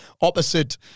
opposite